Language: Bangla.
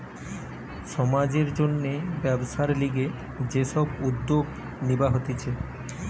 সমাজের জন্যে ব্যবসার লিগে যে সব উদ্যোগ নিবা হতিছে